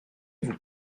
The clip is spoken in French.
vous